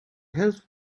helped